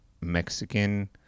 Mexican